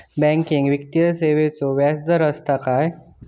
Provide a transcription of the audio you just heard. Banking वित्तीय सेवाचो व्याजदर असता काय?